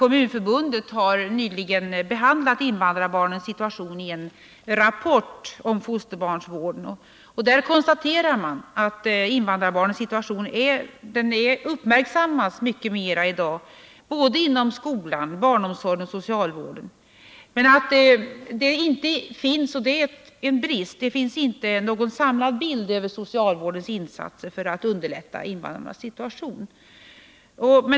Kommunförbundet har nyligen behandlat invandrarbarnens situation i en rapport om fosterbarnsvård. Där konstaterar man att invandrarbarnens situation uppmärksammas mycket mer i dag inom skolan, barnomsorgen och socialvården men att det inte finns — och det är en brist — någon samlad bild av socialvårdens insatser för att underlätta invandrarnas situation.